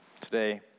Today